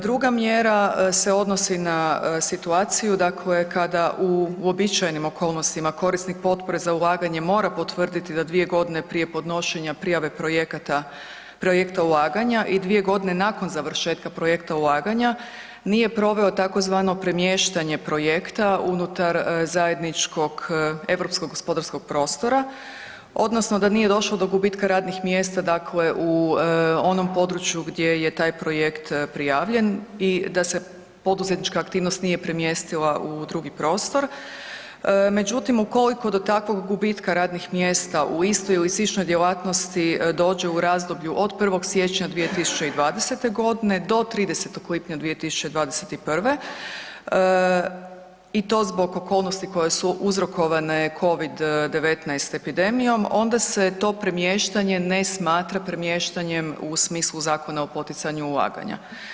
Druga mjera se odnosi na situaciju dakle kada u uobičajenim okolnostima korisnik potpore za ulaganjem mora potvrditi da 2 g. prije podnošenja prijave projekta ulaganja i 2 g. nakon završetka projekta ulaganja, nije proveo tzv. premještanje projekta unutar zajedničkog europskog gospodarskog prostora odnosno da nije došlo do gubitka radnih mjesta, dakle u onom području gdje je taj projekt prijavljen i da se poduzetnička aktivnost nije premjestila u drugi prostor međutim ukoliko do takvog gubitka radnih mjesta u istoj ili sličnoj djelatnosti dođe u razdoblju od 1. siječnja 2020. g. do 30. lipnja 2021., i to zbog okolnosti koje su uzrokovane COVID-19 epidemijom, onda se to premještanje ne smatra premještanjem u smislu Zakona o poticanju ulaganja.